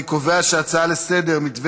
אני קובע שההצעה לסדר-היום בנושא: מתווה